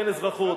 אין אזרחות.